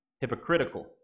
hypocritical